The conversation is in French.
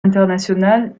international